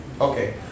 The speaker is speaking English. Okay